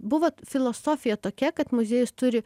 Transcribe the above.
buvo filosofija tokia kad muziejus turi